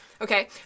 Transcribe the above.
Okay